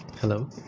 hello